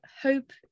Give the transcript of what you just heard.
hope